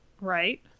Right